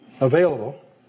available